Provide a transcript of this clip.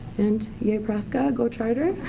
and yay prescott, go charter.